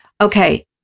Okay